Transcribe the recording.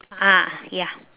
ah ya